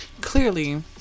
clearly